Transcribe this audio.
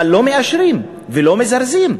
אבל לא מאשרים ולא מזרזים,